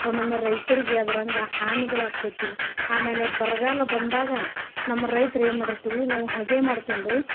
ಒಮ್ಮೆಮ್ಮೆ ರೈತರಿಗೆ ಅದ್ರಂಗ ಹಾನಿಗಳು ಆಗ್ತೈತಿ ಆಮೇಲೆ ಬರಗಾಲ ಬಂದಾಗ ನಮ್ಮ ರೈತ್ರು ಏನು ಮಾಡಿರ್ತೀವಿ ನಾವು ಹಗೆ ಮಾಡ್ಕೊಂಡು